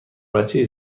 بچه